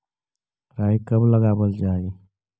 राई कब लगावल जाई?